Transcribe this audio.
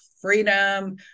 freedom